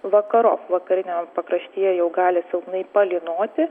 vakaro vakariniam pakraštyje jau gali silpnai palynoti